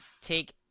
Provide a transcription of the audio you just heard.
take